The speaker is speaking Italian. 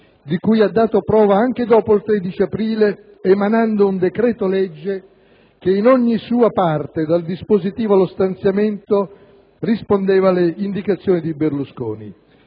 di cui ha dato prova anche dopo il 13 aprile, emanando un decreto-legge che in ogni sua parte, dal dispositivo allo stanziamento, rispondeva alle indicazioni di Berlusconi.